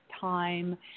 time